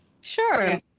Sure